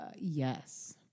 yes